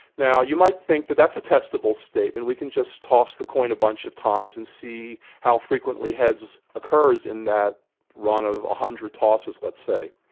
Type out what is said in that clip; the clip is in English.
now you might think that that's a testable statement, we can just toss the coin a bunch of times and see how frequently heads occurs in that run of one hundred tosses, let's say.